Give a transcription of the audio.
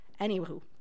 Anywho